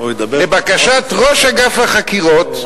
לבקשת ראש אגף חקירות,